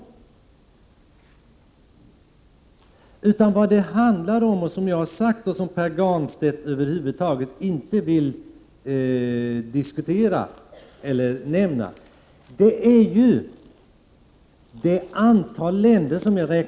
Jag räknade upp de länder som det handlar om, men Pär Granstedt vill över huvud taget inte diskutera eller nämna dem.